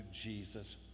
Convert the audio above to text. Jesus